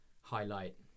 highlight